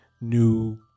new